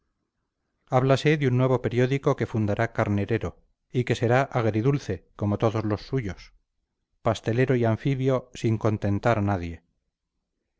país háblase de un nuevo periódico que fundará carnerero y que será agridulce como todos los suyos pastelero y anfibio sin contentar a nadie